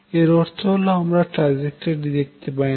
এর অর্থ হল আমরা ট্রাজেক্টরি দেখতে পাইনা